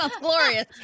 glorious